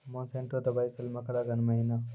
Monsanto दवाई sale मकर अघन महीना,